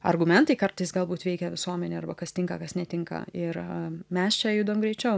argumentai kartais galbūt veikia visuomenę arba kas tinka kas netinka ir mes čia judam greičiau